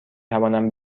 توانم